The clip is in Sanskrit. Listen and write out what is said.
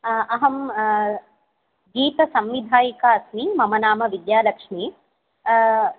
अहं गीतसम्मिधायिका अस्मि मम नाम विद्यालक्ष्मी